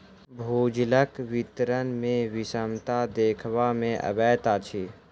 भूजलक वितरण मे विषमता देखबा मे अबैत अछि